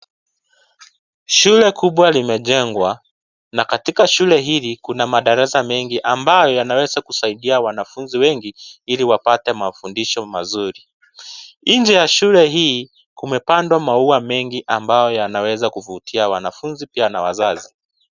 Shule kubwa limejengwa, na katika shule hili kuna madarasa mengi ambayo yanaweza kusaidia wengi, ili wapate mafundisho mazuri, inje ya shule hii kumepandwa maua mengi ambayo yanaweza kuvutia wanafunzi pia na wazazi.